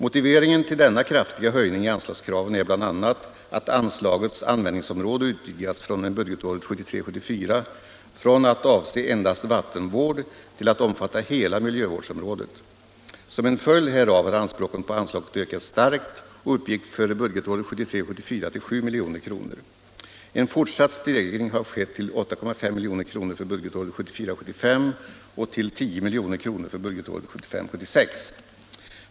Motiveringen till denna kraftiga höjning i anslagskraven är bl.a. att anslagets användningsområde utvidgas fr.o.m. budgetåret 1973 74 till 7 milj.kr. En fortsatt stegring har skett till 8,5 milj.kr. för budgetåret 1974 76.